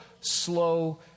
slow